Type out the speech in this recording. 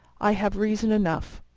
i have reason enough.